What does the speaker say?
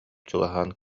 чугаһаан